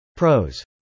Pros